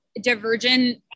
divergent